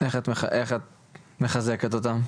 איך את מחזקת אותן?